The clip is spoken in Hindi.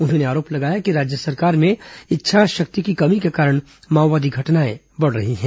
उन्होंने आरोप लगाया है कि राज्य सरकार में इच्छाशक्ति की कमी के कारण माओवादी घटनाएं बढ़ रही हैं